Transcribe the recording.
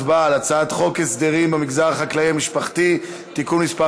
הצבעה על הצעת חוק הסדרים במגזר החקלאי המשפחתי (תיקון מס'